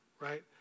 right